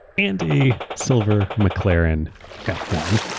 and a silver mclaren f one.